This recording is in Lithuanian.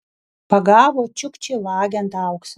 pagavo čiukčį vagiant auksą